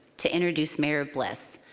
to introduce mayor bliss.